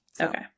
okay